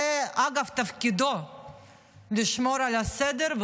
אבל כפי שאמרתי בהתחלה,